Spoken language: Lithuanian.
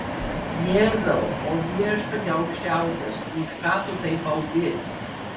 jėzau o viešpatie aukščiausias už ką tu taip baudi